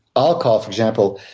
i'll call, for example,